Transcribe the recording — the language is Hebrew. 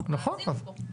מה עשינו פה?